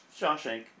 Shawshank